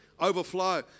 overflow